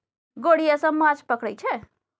गोढ़िया सब माछ पकरई छै